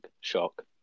shock